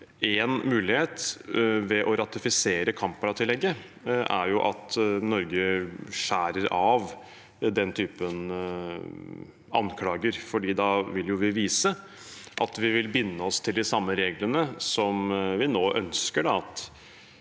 En mulighet ved å ratifisere Kampala-tillegget, er at Norge skjærer av den typen anklager, for da vil vi vise at vi vil binde oss til de samme reglene som vi nå ønsker